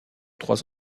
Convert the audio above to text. trois